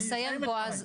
אני אסיים את דבריי.